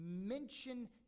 mention